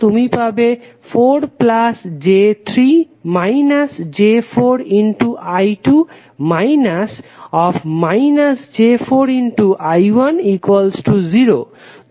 তুমি পাবে 4j3−j4I2 −−j4I1 0